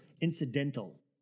incidental